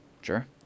Sure